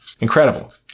incredible